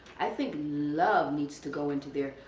i think love needs to go into there.